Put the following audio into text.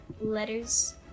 letters